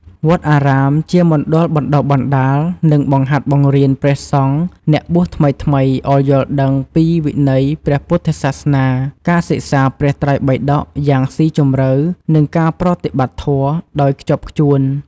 វត្តអារាមជា មណ្ឌលបណ្តុះបណ្តាល និងបង្ហាត់បង្រៀនព្រះសង្ឃអ្នកបួសថ្មីៗឲ្យយល់ដឹងពីវិន័យព្រះពុទ្ធសាសនា ការសិក្សាព្រះត្រៃបិដកយ៉ាងស៊ីជម្រៅ និងការប្រតិបត្តិធម៌ដោយខ្ជាប់ខ្ជួន។